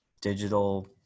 digital